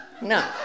no